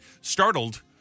startled